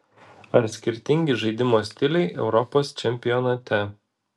ar skirtingi žaidimo stiliai europos čempionate